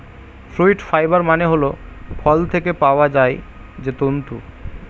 fruit fibre মানে হল ফল থেকে পাওয়া যায় যে তন্তু